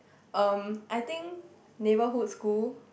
um I think neighbourhood school